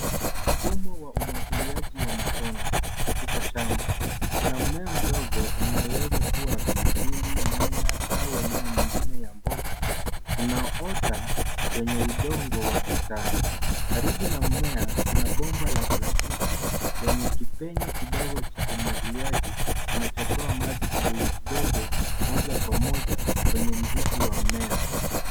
Mfumo wa umwagiliaji wa matone, katika shamba. Kuna mmea mdogo, unaoweza kuwa wa pilipili, nyanya, au aina nyingine ya mboga. Unaota kwenye udongo wa bustani. Karibu na mmea, kuna bomba la plastiki lenye kipenyo kidogo cha umwagiliaji, kinachotoa maji kidogo kidogo, moja kwa moja kwenye mzizi wa mmea.